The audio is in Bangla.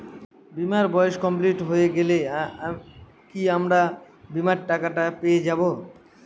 বীমার বয়স কমপ্লিট হয়ে গেলে কি আমার বীমার টাকা টা পেয়ে যাবো?